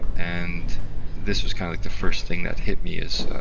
and this was kind of like the first thing that hit me is